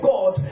God